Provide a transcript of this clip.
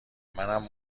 منم